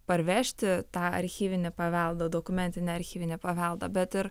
parvežti tą archyvinį paveldą dokumentinį archyvinį paveldą bet ir